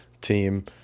team